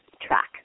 track